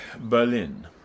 Berlin